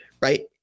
right